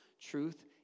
truth